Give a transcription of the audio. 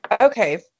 Okay